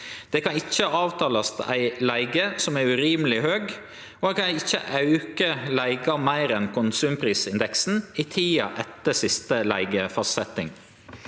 Det kan ikkje avtalast ei leige som er urimeleg høg, og ein kan ikkje auke leiga meir enn konsumprisindeksen i tida etter siste leigefastsetjing.